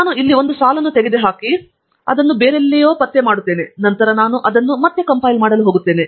ನಾನು ಇಲ್ಲಿ ಒಂದು ಸಾಲನ್ನು ತೆಗೆದುಹಾಕಿ ಮತ್ತು ಬೇರೆಲ್ಲಿಯೂ ಅದನ್ನು ಪತ್ತೆ ಮಾಡುತ್ತಿದ್ದೇನೆ ನಂತರ ನಾನು ಅದನ್ನು ಮತ್ತೆ ಕಂಪೈಲ್ ಮಾಡಲು ಹೋಗುತ್ತೇನೆ